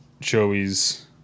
Joey's